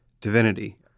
divinity